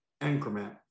increment